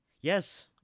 Yes